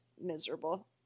miserable